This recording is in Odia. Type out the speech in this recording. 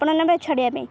ଆପଣ ନେବେ ଛଡ଼ିବା ପାଇଁ